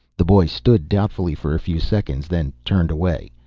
the boy stood doubtfully for a few seconds, then turned away.